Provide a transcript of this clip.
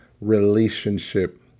relationship